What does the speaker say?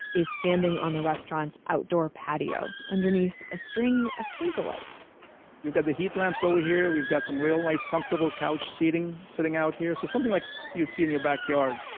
is standing on the restaurant's outdoor patio, underneath a string of twinkle lights we've got the heat lamps over here, we've got some real nice, comfortable couch seating sitting out here, so something like you'd see in your backyard,